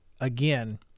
again